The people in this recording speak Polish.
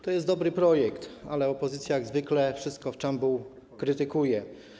To jest dobry projekt, ale opozycja jak zwykle wszystko w czambuł krytykuje.